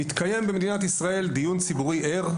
מתקיים במדינת ישראל דיון ציבורי ער,